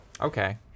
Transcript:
Okay